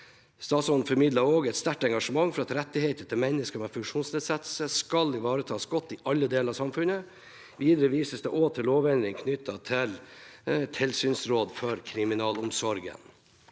Statsråden formidler også et sterkt engasjement for at rettigheter til mennesker med funksjonsnedsettelse skal ivaretas godt i alle deler av samfunnet. Videre vises det til lovendringene knyttet til tilsynsråd for kriminalomsorgen.